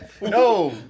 No